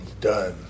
done